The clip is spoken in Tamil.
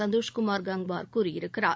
சந்தோஷ் குமார் கங்வார் கூறியிருக்கிறார்